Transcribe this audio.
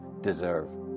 deserve